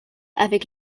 avec